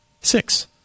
Six